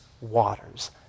waters